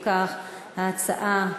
אם כך, ההצעה: